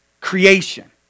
Creation